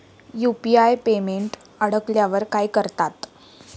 UPI payment अडकल्यावर काय करतात?